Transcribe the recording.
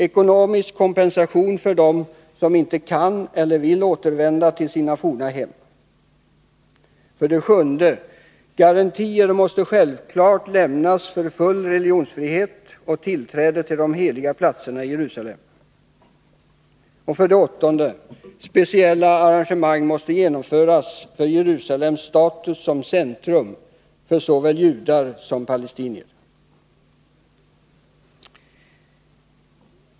Ekonomisk kompensation skall ges åt dem som inte kan eller vill återvända till sina forna hem. 7. Garantier måste självfallet lämnas för full religionsfrihet och tillträde till de heliga platserna i Jerusalem. 8. Speciella arrangemang måste genomföras för Jerusalems status som centrum för såväl judar som palestinier.